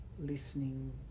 listening